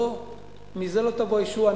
מזה לא תבוא הישועה.